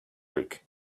week